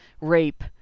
rape